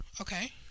Okay